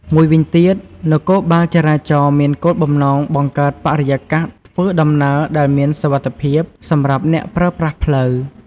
មួយវិញទៀត នគរបាលចរាចរណ៍មានគោលបំណងបង្កើតបរិយាកាសធ្វើដំណើរដែលមានសុវត្ថិភាពសម្រាប់អ្នកប្រើប្រាស់ផ្លូវ។